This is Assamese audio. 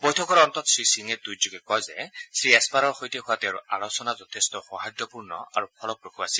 বৈঠকৰ অন্তত শ্ৰীসিঙে টুইটযোগে কয় যে শ্ৰীএছপাৰৰ সৈতে হোৱা তেওঁৰ আলোচনা যথেষ্ঠ সৌহাদ্যপূৰ্ণ আৰু ফলপ্ৰসূ আছিল